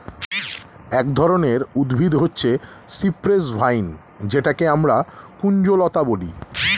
এক ধরনের উদ্ভিদ হচ্ছে সিপ্রেস ভাইন যেটাকে আমরা কুঞ্জলতা বলি